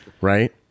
Right